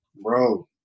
bro